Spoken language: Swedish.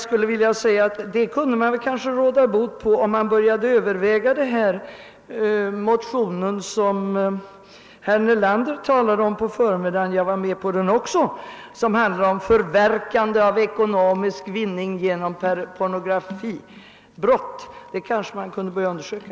Detta kunde man kanske råda bot på, om man började överväga den motion som herr Nelander talade om i förmiddags — jag var med på den också — och som handlar om förverkande av ekonomisk vinning genom pornografibrott. Det kanske man borde börja undersöka.